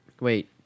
Wait